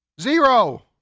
zero